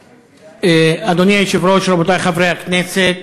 אדוני היושב-ראש, רבותי חברי הכנסת,